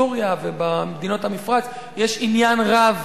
ובסוריה ובמדינות המפרץ, יש עניין רב